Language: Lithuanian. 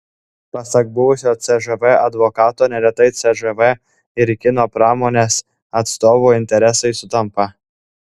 pasak buvusio cžv advokato neretai cžv ir kino pramonės atstovų interesai sutampa